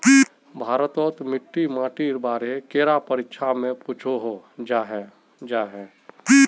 भारत तोत मिट्टी माटिर बारे कैडा परीक्षा में पुछोहो जाहा जाहा?